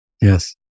Yes